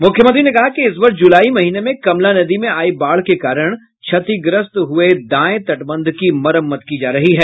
मुख्यमंत्री ने कहा कि इस वर्ष जुलाई महीने में कमला नदी में आयी बाढ़ के कारण क्षतिग्रस्त हुये दाये तटबंध की मरम्मत की जा रही है